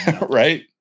Right